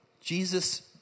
Jesus